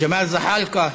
ג'מאל זחאלקה,